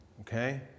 okay